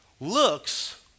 looks